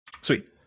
Sweet